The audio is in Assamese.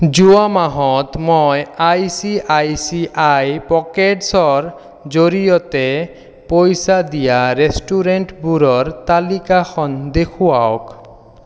যোৱা মাহত মই I C I C I পকেটছ্ৰ জৰিয়তে পইচা দিয়া ৰেষ্টুৰেণ্টবোৰৰ তালিকাখন দেখুৱাওক